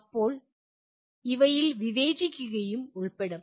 ഇപ്പോൾ ഇവയിൽ വിവേചിക്കുകയും ഉൾപ്പെടും